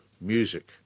music